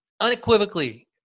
unequivocally